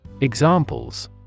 Examples